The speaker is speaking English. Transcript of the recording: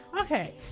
okay